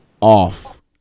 off